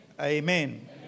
Amen